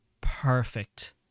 perfect